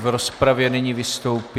V rozpravě nyní vystoupí...